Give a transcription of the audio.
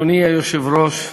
אדוני היושב-ראש,